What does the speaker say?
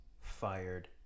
fired